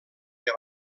que